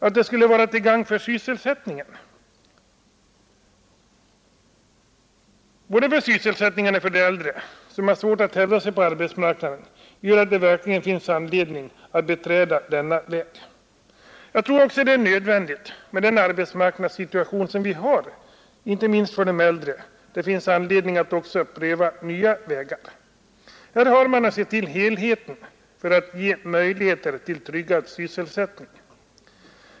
Det förhållandet att åtgärden skulle vara till gagn både för sysselsättningen och för de äldre, som har svårt att hävda sig på arbetsmarknaden, gör att det verkligen finns anledning att beträda denna väg. Jag tror också att det är nödvändigt, inte minst med den arbetssituation vi har för de äldre, att pröva nya vägar. Här har man att se till helheten om man skall kunna ge möjligheter till tryggad sysselsättning.